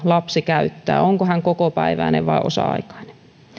lapsi käyttää onko hän kokopäiväinen vai osa aikainen